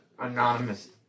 Anonymous